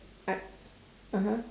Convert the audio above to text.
I (uh huh)